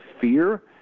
fear